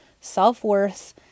self-worth